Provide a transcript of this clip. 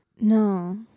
No